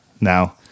now